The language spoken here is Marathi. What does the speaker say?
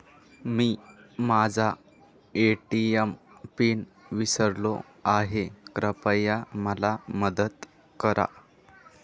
मी माझा ए.टी.एम पिन विसरलो आहे, कृपया मला मदत करा